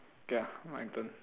ya my turn